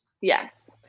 yes